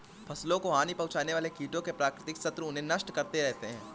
फसलों को हानि पहुँचाने वाले कीटों के प्राकृतिक शत्रु उन्हें नष्ट करते रहते हैं